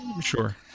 Sure